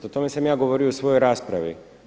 O tome sam ja govorio u svojoj raspravi.